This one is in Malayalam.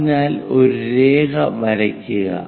അതിനാൽ ഒരു രേഖ വരയ്ക്കുക